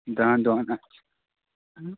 دَہن دۄہَن